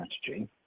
strategy